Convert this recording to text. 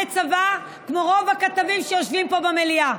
צבא כמו רוב הכתבים שיושבים פה במליאה.